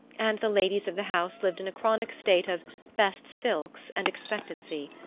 and the ladies of the house lived in a chronic state of best silks and expectancy.